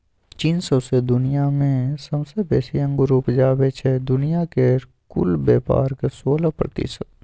चीन सौंसे दुनियाँ मे सबसँ बेसी अंगुर उपजाबै छै दुनिया केर कुल बेपारक सोलह प्रतिशत